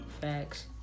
facts